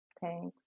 Thanks